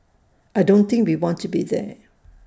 I don't think we want to be there